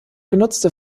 genutzte